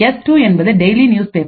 S2 என்பது daily news paper